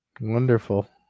Wonderful